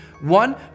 One